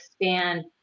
expand